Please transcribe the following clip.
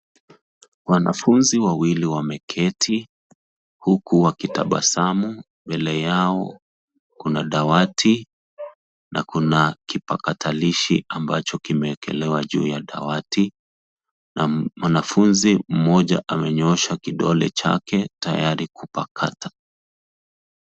Wanafuzi wawili wameketi uku wakitabasamu mbele yao kuna dawati na kuna kipakatalishi ambacho kimeekelewa juu ya dawati na mwanafuzi mmoja amenyoosha kidole chake tayari kupakata.